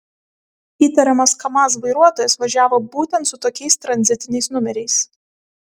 įtariamas kamaz vairuotojas važiavo būtent su tokiais tranzitiniais numeriais